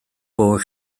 bod